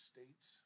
States